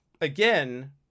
Again